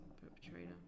perpetrator